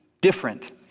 different